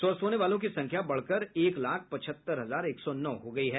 स्वस्थ होने वालों की संख्या बढ़कर एक लाख पचहत्तर हजार एक सौ नौ हो गयी है